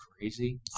crazy